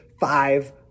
Five